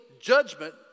judgment